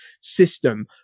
system